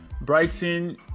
Brighton